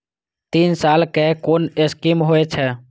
तीन साल कै कुन स्कीम होय छै?